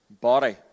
body